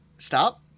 Stop